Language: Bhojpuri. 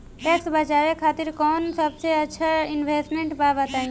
टैक्स बचावे खातिर कऊन सबसे अच्छा इन्वेस्टमेंट बा बताई?